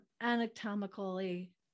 anatomically